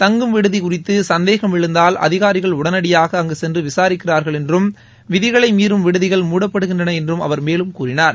தங்கும் விடுதி குறித்து சந்தேகம் எழுந்தால் அதிகாரிகள் உடனடியாக அங்கு சென்று விசாரிக்கிறார்கள் என்றும் விதிகளை மீறும் விடுதிகள் மூடப்படகின்றன என்றும் அவர் மேலும் கூறினார்